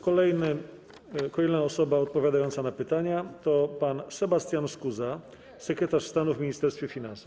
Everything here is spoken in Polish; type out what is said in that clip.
Kolejna osoba odpowiadająca na pytania to pan Sebastian Skuza, sekretarz stanu w Ministerstwie Finansów.